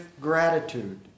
gratitude